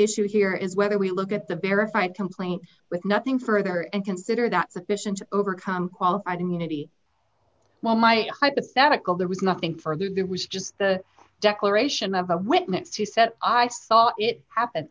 issue here is whether we look at the verified complaint with nothing further and consider that sufficient overcome qualified immunity while my hypothetical there was nothing further that was just the declaration of a witness to set i saw it happen